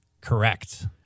Correct